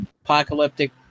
apocalyptic